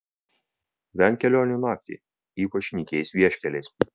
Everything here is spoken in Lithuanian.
venk kelionių naktį ypač nykiais vieškeliais